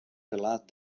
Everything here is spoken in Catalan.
relat